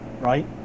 right